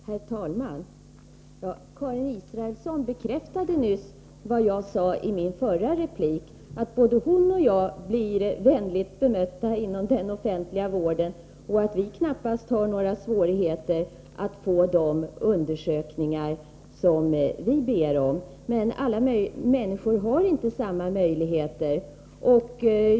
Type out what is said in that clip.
Herr talman! Karin Israelsson bekräftade nyss vad jag sade i mitt förra anförande. Både hon och jag blir vänligt bemötta inom den offentliga vården och har knappast några svårigheter att få de undersökningar gjorda som vi ber om. Men alla människor har inte samma möjligheter.